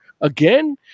again